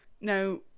Now